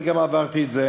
גם אני עברתי את זה,